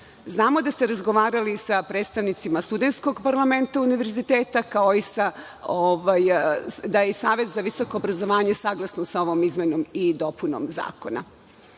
Vučić. Znamo da ste razgovarali sa predstavnicima studentskog parlamenta Univerziteta, kao i da je Savet za visoko obrazovanje saglasan sa ovom izmenom i dopunom zakona. Kada